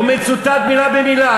הוא מצוטט מילה במילה.